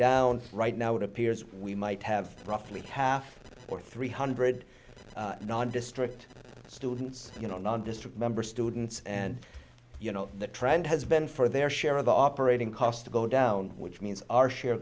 down right now it appears we might have roughly half or three hundred district students you know on this remember students and you know the trend has been for their share of operating costs to go down which means our share